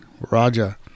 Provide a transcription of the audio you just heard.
Raja